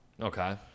Okay